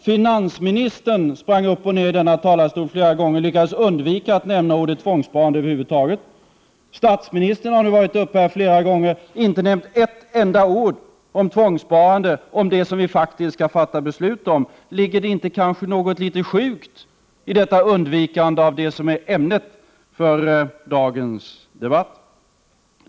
Finansministern sprang upp och ner i denna talarstol flera gånger och lyckades undvika att nämna ordet tvångssparande. Statsministern har varit uppe flera gånger och har inte nämnt ett enda ord om tvångssparande och om det som vi faktiskt skall fatta beslut om. Ligger det inte något sjukt i detta undvikande av det som är ämnet för dagens debatt?